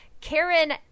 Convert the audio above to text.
Karen